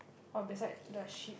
or beside the sheep